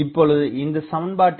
இப்பொழுது இந்தச்சமன்பாட்டில்